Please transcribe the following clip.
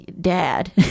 Dad